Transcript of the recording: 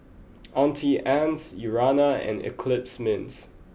auntie Anne's Urana and eclipse mints